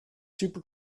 super